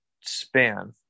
span